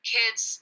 kids